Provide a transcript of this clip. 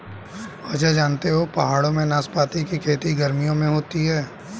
अजय जानते हो पहाड़ों में नाशपाती की खेती गर्मियों में होती है